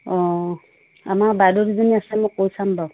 অঁ আমাৰ বাইদেউ দুজনী আছে মোক কৈ চাম বাৰু